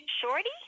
shorty